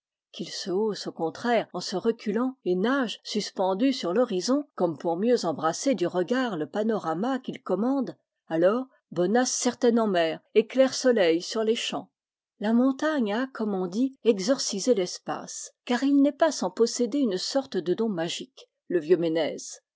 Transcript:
qu'il se hausse au contraire en se reculant et nage suspendu sur l'horizon comme pour mieux embrasser du regard le panorama qu'il com mande alors bonace certaine en mer et clair soleil sur les champs la montagne a comme on dit exorcisé l'espace car il n'est pas sans posséder une sorte de don magique le vieux ménez